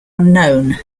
unknown